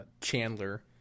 Chandler